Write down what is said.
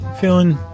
Feeling